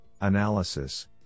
analysis